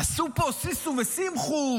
עשו פה שישו ושמחו,